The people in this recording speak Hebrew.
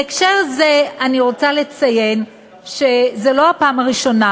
בהקשר זה אני רוצה לציין שזו לא הפעם הראשונה,